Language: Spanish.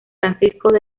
francisco